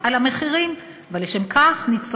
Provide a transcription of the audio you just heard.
תודה, חבר הכנסת גפני.